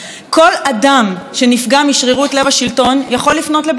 כל אדם שנפגע משרירות לב השלטון יכול לפנות לבג"ץ,